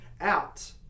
out